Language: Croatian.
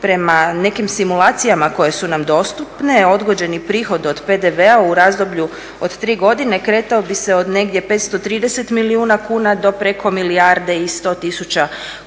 Prema nekim simulacijama koje su nam dostupne odgođeni prihod od PDV-a u razdoblju od tri godine kretao bi se od negdje 530 milijuna kuna do preko milijarde i 100 milijuna kuna,